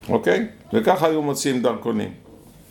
אוקיי? וכך היו מוציאים דרכונים.